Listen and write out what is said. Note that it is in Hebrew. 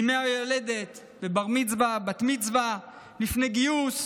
בימי הולדת, בבר-מצווה, בת-מצווה, לפני גיוס,